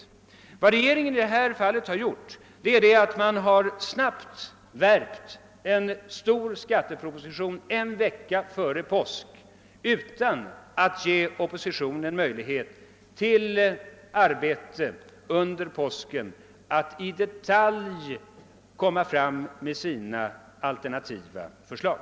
Regeringen har i detta fall snabbt värpt en stor skatteproposition en vecka före påsk utan att ge oppositionen möjlighet till arbete under påsk för att i detalj forma alternativa förslag.